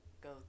go